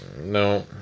no